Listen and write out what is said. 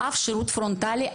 אף שירות פרונטלי,